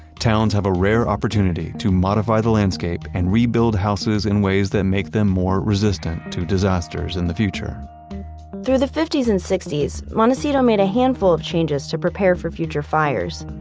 towns have a rare opportunity to modify the landscape and rebuild houses in ways that will make them more resistant to disasters in the future through the fifty s and sixty s, montecito made a handful of changes to prepare for future fires.